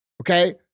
Okay